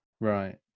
Right